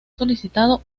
solicitado